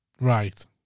Right